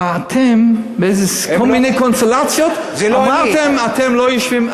אתם, בכל מיני קונסטלציות אמרתם, אתם לא יושבים.